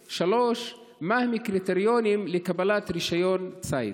3. מהם הקריטריונים לקבלת רישיון ציד?